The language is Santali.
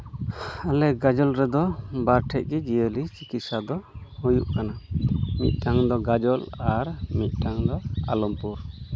ᱟᱞᱮ ᱜᱟᱡᱚᱞ ᱨᱮᱫᱚ ᱵᱟᱨ ᱴᱷᱮᱡ ᱜᱮ ᱡᱤᱭᱟᱹᱞᱤ ᱪᱤᱠᱤᱛᱥᱟ ᱫᱚ ᱦᱩᱭᱩᱜ ᱠᱟᱱᱟ ᱢᱤᱫᱴᱟᱱ ᱫᱚ ᱜᱟᱡᱚᱞ ᱟᱨ ᱢᱤᱫᱴᱟᱱ ᱫᱚ ᱟᱞᱚᱢᱯᱩᱨ